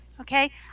Okay